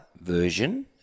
version